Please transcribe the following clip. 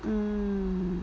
mm